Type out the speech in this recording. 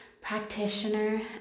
practitioner